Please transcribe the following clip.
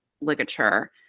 ligature